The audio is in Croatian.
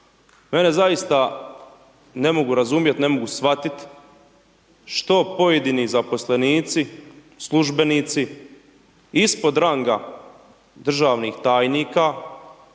Mene zaista, ne mogu razumjet, ne mogu shvatit, što pojedini zaposlenici, službenici ispod ranga državnih tajnika